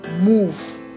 Move